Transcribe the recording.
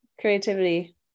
creativity